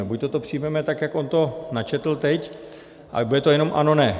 Buď to přijmeme tak, jak on to načetl teď, ale bude to jenom ano/ne.